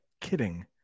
kidding